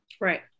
Right